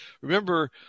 remember –